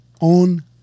on